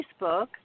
Facebook